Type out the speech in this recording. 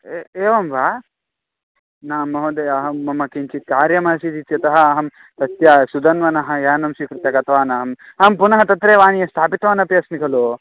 ए एवं वा न महोदयाअहं मम किञ्चित् कार्यम् आसीत् इत्यतः अहं तस्य सुधन्वनः यानं स्वीकृत्य गतवान् अहं आम् पुनः तत्रैव आनीय स्थापितवान् अपि अस्मि खलु